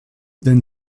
then